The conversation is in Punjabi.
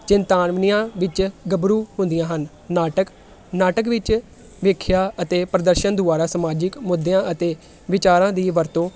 ਚਿੰਤਾਮਨੀਆਂ ਵਿੱਚ ਗੱਭਰੂ ਹੁੰਦੀਆਂ ਹਨ ਨਾਟਕ ਨਾਟਕ ਵਿੱਚ ਵੇਖਿਆ ਅਤੇ ਪ੍ਰਦਰਸ਼ਨ ਦੁਆਰਾ ਸਮਾਜਿਕ ਮੁੱਦਿਆਂ ਅਤੇ ਵਿਚਾਰਾਂ ਦੀ ਵਰਤੋਂ